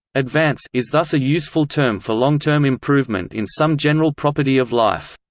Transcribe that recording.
advance is thus a useful term for long-term improvement in some general property of life.